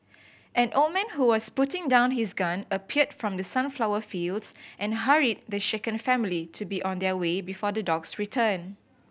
an old man who was putting down his gun appeared from the sunflower fields and hurried the shaken family to be on their way before the dogs return